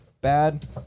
bad